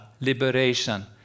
liberation